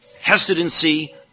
hesitancy